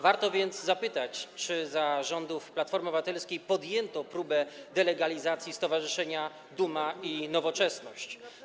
Warto więc zapytać, czy za rządów Platformy Obywatelskiej podjęto próbę delegalizacji stowarzyszenia Duma i Nowoczesność.